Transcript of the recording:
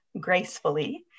gracefully